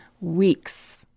Weeks